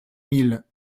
mille